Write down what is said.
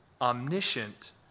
omniscient